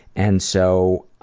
and so